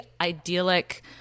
idyllic